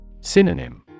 Synonym